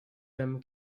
them